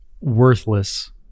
worthless